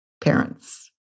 parents